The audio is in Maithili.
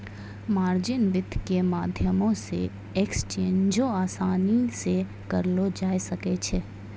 मार्जिन वित्त के माध्यमो से एक्सचेंजो असानी से करलो जाय सकै छै